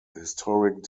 historic